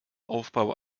aufbau